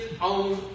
own